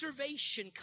observation